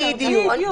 בדיוק.